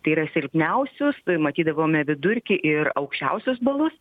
tai yra silpniausius matydavome vidurkį ir aukščiausius balus